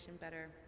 better